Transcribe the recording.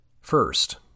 First